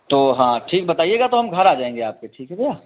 तो हाँ ठीक बताइएगा तो हम घर आ जाएंगे आपके ठीक है भैया